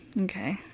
okay